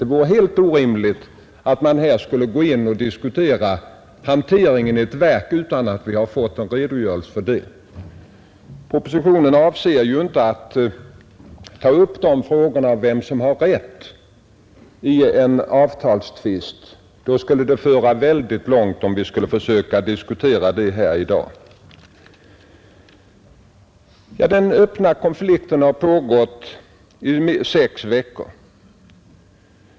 Det vore helt orimligt att här diskutera hanteringen i ett verk utan att ha fått någon redogörelse för den. Propositionen avser ju inte att ta upp frågan om vem som har rätt i en avtalstvist. Det skulle föra väldigt långt, om vi skulle försöka diskutera det i dag. Den öppna konflikten har pågått i sex veckor.